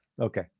okay